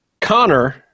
Connor